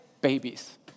babies